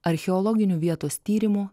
archeologinių vietos tyrimų